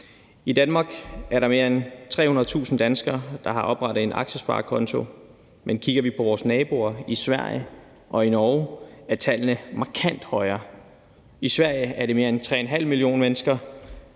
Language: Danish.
I Danmark er der mere end 300.000 danskere, der har oprettet en aktiesparekonto, men kigger vi på vores naboer i Sverige og i Norge, er tallene markant højere. I Sverige er det mere end 3,5 millioner mennesker,